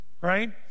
Right